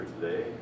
today